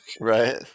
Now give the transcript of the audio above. Right